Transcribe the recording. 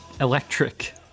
Electric